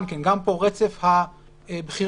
גם פה רצף הבחירות,